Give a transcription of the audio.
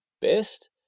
best